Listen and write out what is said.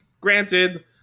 Granted